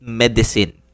medicine